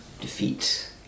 defeat